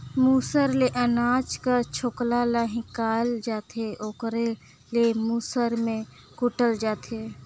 मूसर ले अनाज कर छोकला ल हिंकालल जाथे ओकरे ले मूसर में कूटल जाथे